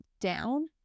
down